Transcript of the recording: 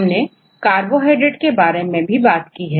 हमने कार्बोहाइड्रेट के बारे में भी बात की है